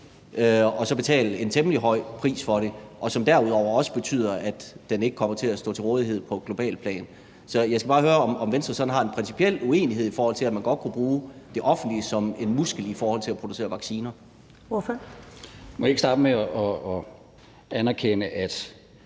og så betale en temmelig høj pris for den, hvilket derudover også betyder, at den ikke kommer til at stå til rådighed på globalt plan. Så jeg skal bare høre, om Venstre er sådan principielt uenige, i forhold til at man godt kunne bruge det offentlige som en muskel med hensyn til at producere vacciner. Kl. 14:10 Første næstformand